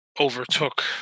overtook